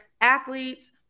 athletes